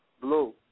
Blue